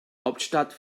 hauptstadt